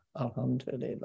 Alhamdulillah